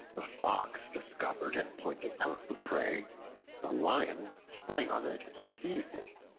the fox discovered and pointed out the prey the lion sprang on it and seized it.